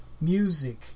music